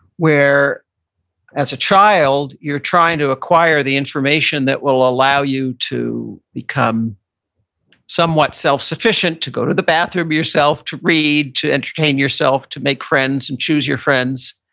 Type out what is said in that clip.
where as a child you're trying to acquire the information that will allow you to become somewhat self-sufficient to go to the bathroom yourself, to read, to entertain yourself, to make friends and choose your friends.